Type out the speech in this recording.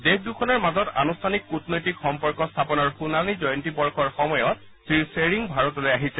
দেশ দুখনৰ মাজত আনুষ্ঠানিক কৃটনৈতিক সম্পৰ্ক স্থাপনৰ সোণালী জয়ন্তী বৰ্ষৰ সময়ত শ্ৰীধ্বেৰিং ভাৰতলৈ আহিছে